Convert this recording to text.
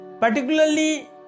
particularly